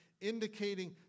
indicating